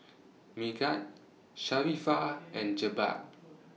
Megat Sharifah and Jebat